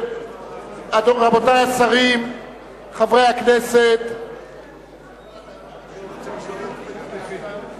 רבותי, לפנינו שתי הצעות אי-אמון.